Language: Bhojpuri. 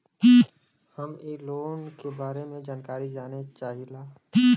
हम इ लोन के बारे मे जानकारी जाने चाहीला?